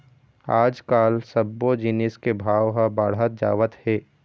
आजकाल सब्बो जिनिस के भाव ह बाढ़त जावत हे